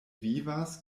vivas